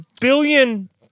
billion